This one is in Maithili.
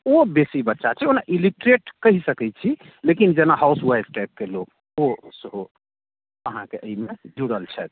ओ बेसी बच्चा छै ओना इलिटेरेट कहि सकैत छी लेकिन जेना हाउसवाइफ टाइपके लोक ओ सेहो अहाँकेँ एहिमे जुड़ल छथि